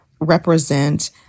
represent